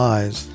Lies